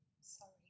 Sorry